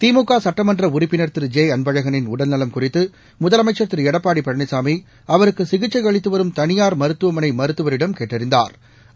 திமுக சுட்டமன்ற உறுப்பினா் திரு ஜெ அன்பழகளின் உடல்நலம் குறித்து முதலமைச்சா் திரு எடப்பாடி பழனிசாமி அவருக்கு சிகிச்சை அளித்து வரும் தனியாா மருத்துவமனை மருத்துவரிடம் கேட்டறிந்தாா்